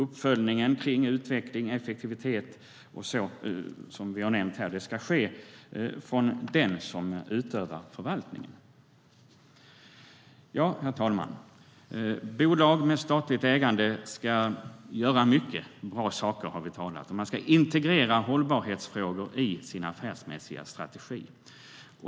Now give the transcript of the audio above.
Uppföljningen av utveckling, effektivitet och annat som har nämnts ska ske av den som utövar förvaltning. Herr talman! Bolag med statligt ägande ska göra många bra saker. De ska integrera hållbarhetsfrågor i sin affärsmässiga strategi.